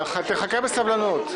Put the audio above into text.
חכה בסבלנות.